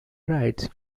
rides